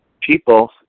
people